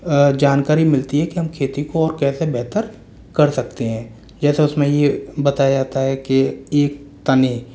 जानकारी मिलती है कि हम खेती को कैसे बेहतर कर सकते हैं जैसे उसमें ये बताया जाता है के एक तने